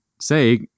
say